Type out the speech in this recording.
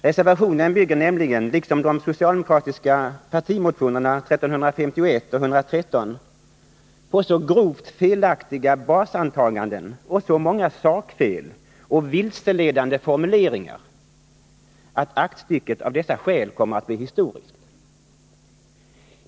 Reservationen bygger nämligen, liksom de socialdemokratiska partimotionerna 1979 81:113 på så grovt felaktiga basantaganden och så många sakfel och vilseledande formuleringar att aktstycket av dessa skäl kommer att bli historiskt.